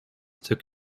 took